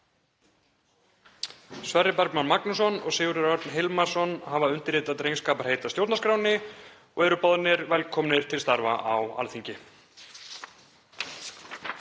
Sverrir Bergmann Magnússon og Sigurður Örn Hilmarsson hafa undirritað drengskaparheit að stjórnarskránni og eru boðnir velkomnir til starfa á Alþingi.